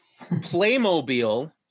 Playmobil